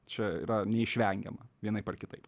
čia yra neišvengiama vienaip ar kitaip